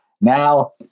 Now